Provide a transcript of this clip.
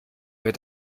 wir